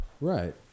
Right